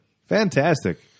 Fantastic